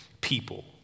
people